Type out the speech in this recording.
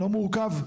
לא מורכב?